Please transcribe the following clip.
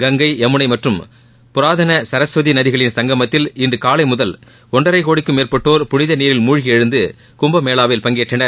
கங்கை யமுனை மற்றம் புராதன சரஸ்வதி நதிகளின் சங்கமத்தில் இன்று காலை முதல் ஒன்றரை கோடிக்கும் மேற்பட்டோர் புனித நீரில் மூழ்கி எழுந்து கும்பமேளாவில் பங்கேற்றனர்